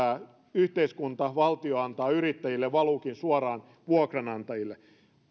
yhteiskunta valtio antaa yrittäjille valuukin suoraan vuokranantajille